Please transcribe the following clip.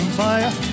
fire